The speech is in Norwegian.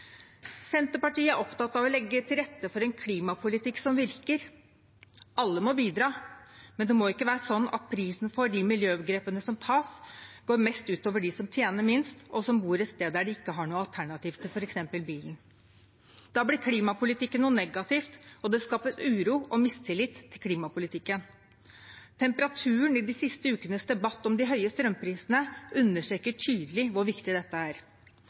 Senterpartiet er opptatt av å legge til rette for en klimapolitikk som virker. Alle må bidra, men det må ikke være sånn at prisen for de miljøgrepene som tas, går mest ut over dem som tjener minst, og som bor et sted der de ikke har noe alternativ f.eks. til bilen. Da blir klimapolitikken noe negativt, og det skaper uro og mistillit til klimapolitikken. Temperaturen i de siste ukenes debatt om de høye strømprisene understreker tydelig hvor viktig dette er.